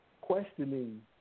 Questioning